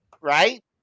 right